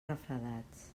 refredats